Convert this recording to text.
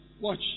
Watch